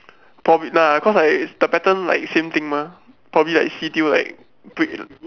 probably nah cause I the pattern like same thing mah probably like see till like break